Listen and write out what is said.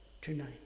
tonight